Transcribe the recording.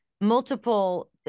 multiple